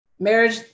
Marriage